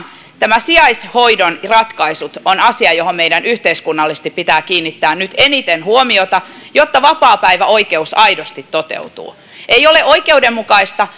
nämä sijaishoidon ratkaisut ovat asia johon meidän yhteiskunnallisesti pitää kiinnittää nyt eniten huomiota jotta vapaapäiväoikeus aidosti toteutuu ei ole oikeudenmukaista